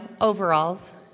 overalls